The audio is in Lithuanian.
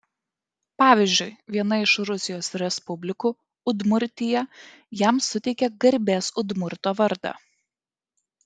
pavyzdžiui viena iš rusijos respublikų udmurtija jam suteikė garbės udmurto vardą